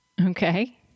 Okay